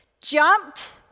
jumped